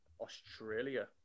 Australia